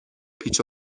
پیچ